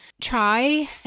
try